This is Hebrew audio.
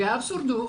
והאבסורד הוא,